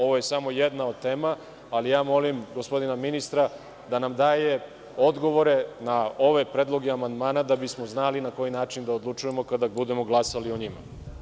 Ovo je samo jedna od tema, ali ja molim gospodina ministra da nam daje odgovore na ove predloge amandmana, da bismo znali na koji način da odlučujemo kada budemo glasali o njima.